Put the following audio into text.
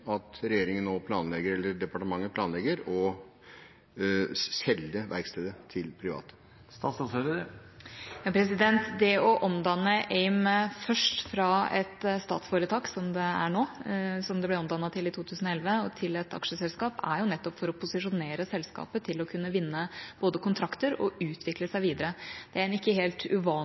at departementet nå planlegger å selge verkstedet til private? Det å omdanne AIM fra et statsforetak, som det er nå, og som det ble omdannet til i 2011, til et aksjeselskap er nettopp for å posisjonere selskapet til både å kunne vinne kontrakter og utvikle seg videre. Det er en ikke helt uvanlig